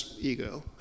ego